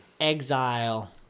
Exile